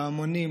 לאומנים,